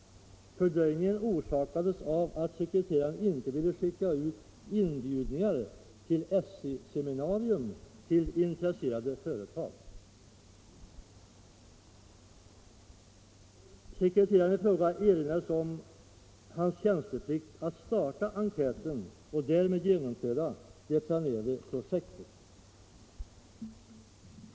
Fördröjningen orsakades av att sekreteraren inte ville skicka ut inbjudningar till ESSI-seminarium till intresserade företag. Sekreteraren erinrades om sin tiänsteplikt att skapa enkäten och därmed genomföra det planerade projektet.